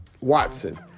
Watson